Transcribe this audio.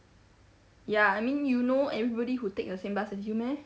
ya I mean you know everybody who take the same bus as you meh